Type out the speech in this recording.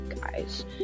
guys